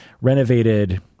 renovated